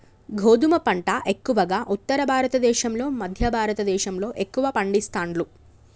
గోధుమ పంట ఎక్కువగా ఉత్తర భారత దేశం లో మధ్య భారత దేశం లో ఎక్కువ పండిస్తాండ్లు